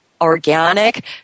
organic